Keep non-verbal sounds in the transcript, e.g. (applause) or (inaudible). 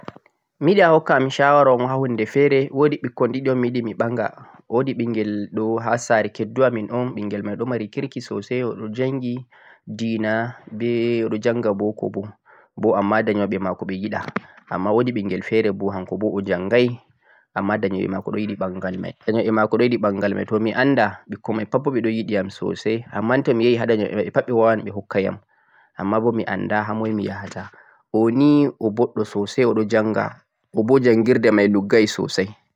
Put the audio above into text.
wallahi (hesitation) mi yiɗi a hokka am shawara un ha' huunde feere, woodi ɓikkoy ɗiɗi un miyiɗi mi ɓanga, woodi ɓinngel ɗo ha' saare keddu amin un ɓinngel may ɗo mari kirki soosay. O janngi ɗi'na be o ɗo jannga boko bo, bo ammaa dayoɗe maako bo ɓe yiɗa ammaa woodi ɓinngel feere bo hanko bo o janngay, ammaa dayoɓe maako bo ɗo yiɗi ɓanngal may to mi annda ɓikkoy may boo pat ɓe ɗo yiɗi yam soosay ammaan to mi yahi ha dayoɓe maɓɓe may pat ɓe waaway ɓe hokka yam ammaan bo mi annda ha moy mi yahata, o ni o boɗɗo soosay o ɗo jannga o bo janngirdee may luggay soosay.